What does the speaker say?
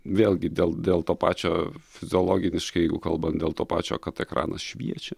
vėlgi dėl dėl to pačio fiziologiškai jeigu kalbant dėl to pačio kad ekranas šviečia